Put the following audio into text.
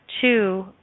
Two